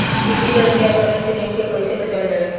टिडी दल के आक्रमण से गेहूँ के कइसे बचावल जाला?